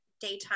daytime